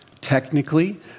technically